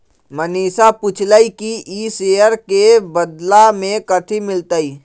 मनीषा पूछलई कि ई शेयर के बदला मे कथी मिलतई